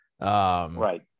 right